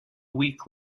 week